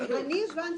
אני הבנתי,